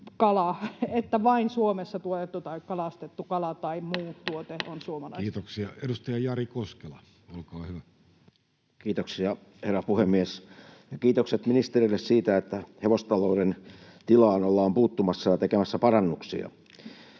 kuin Suomessa tuotettu tai kalastettu kala tai muu tuote on suomalaista. Kiitoksia. — Edustaja Jari Koskela, olkaa hyvä. Kiitoksia, herra puhemies! Ja kiitokset ministerille siitä, että hevostalouden tilaan ollaan puuttumassa ja tekemässä parannuksia.